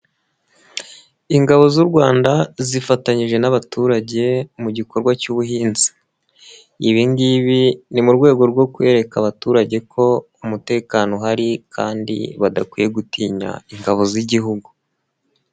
Ingabo z'u Rwanda zifatanyije n'abaturage mu gikorwa cy'ubuhinzi, ibi ngibi ni mu rwego rwo kwereka abaturage ko umutekano uhari kandi badakwiye gutinya ingabo z'igihugu.